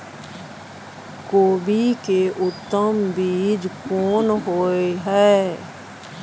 कोबी के उत्तम बीज कोन होय है?